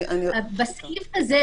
בסעיף הזה,